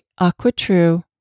AquaTrue